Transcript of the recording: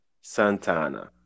Santana